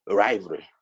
rivalry